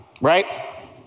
right